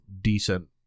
decent